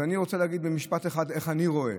אז אני רוצה להגיד במשפט אחד איך אני רואה,